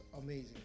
amazing